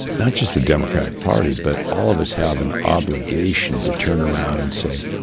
not just the democratic party, but all of us have an obligation to turn around and say,